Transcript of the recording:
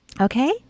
Okay